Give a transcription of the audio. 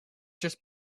just